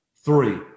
three